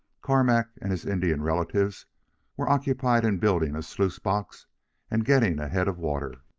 carmack and his indian relatives were occupied in building a sluice box and getting a head of water.